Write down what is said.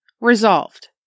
Resolved